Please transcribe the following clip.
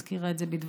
היום,